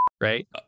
right